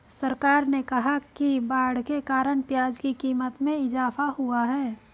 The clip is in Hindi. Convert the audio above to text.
सरकार ने कहा कि बाढ़ के कारण प्याज़ की क़ीमत में इजाफ़ा हुआ है